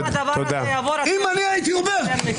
אם הייתי אומר,